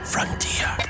Frontier